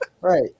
Right